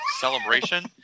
celebration